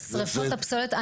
אז לגבי שריפת הפסולת.